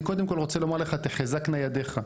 אני קודם כל רוצה לומר לך תחזקנה ידיך,